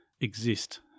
exist